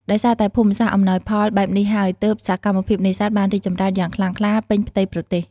ដោយសារតែភូមិសាស្ត្រអំណោយផលបែបនេះហើយ ទើបសកម្មភាពនេសាទបានរីកចម្រើនយ៉ាងខ្លាំងក្លាពេញផ្ទៃប្រទេស។